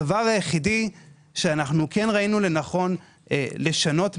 הדבר היחיד שראינו לנכון לשנות,